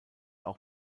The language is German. auch